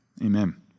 amen